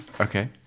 Okay